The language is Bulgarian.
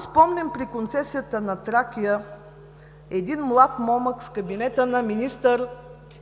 Спомням си при концесията на „Тракия“ един млад момък в кабинета на министър